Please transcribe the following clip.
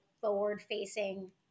forward-facing